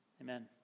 amen